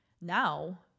Now